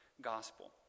gospel